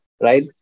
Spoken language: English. right